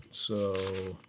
so,